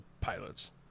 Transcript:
pilots